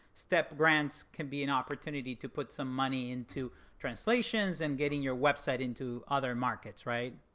step grants can be an opportunity to put some money into translations and getting your website into other markets, right?